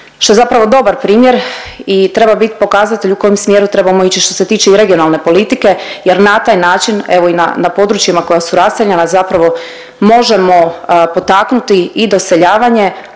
što je zapravo dobar primjer i treba bit pokazatelj u kojem smjeru trebamo ići što se tiče i regionalne politike jer na taj način evo i na, na područjima koja su raseljena zapravo možemo potaknuti i doseljavanje,